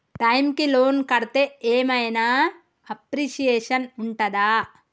Time కి loan కడ్తే ఏం ఐనా అప్రిషియేషన్ ఉంటదా?